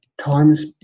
times